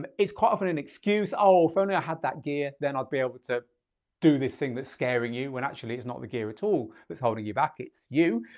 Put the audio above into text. um it's quite often an excuse, oh, if only i had that gear, then i'd be able to do this thing that scaring you, when actually it's not the gear at all, that's holding you back, it's you.